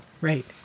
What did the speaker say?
Right